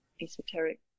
esoteric